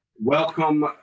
Welcome